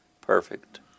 perfect